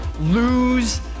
lose